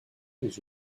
dans